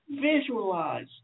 visualize